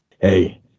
Hey